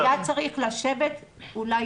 אולי היה צריך לשבת אתנו,